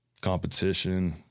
competition